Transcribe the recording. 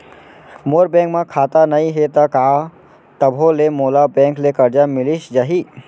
मोर bank म खाता नई हे त का तभो ले मोला बैंक ले करजा मिलिस जाही?